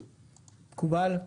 מקובל?